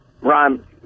Ron